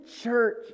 church